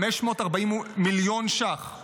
540 מיליון ש"ח,